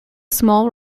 small